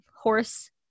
horse